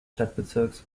stadtbezirks